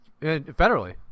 Federally